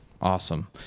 Awesome